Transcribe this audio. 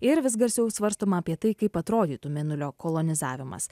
ir vis garsiau svarstoma apie tai kaip atrodytų mėnulio kolonizavimas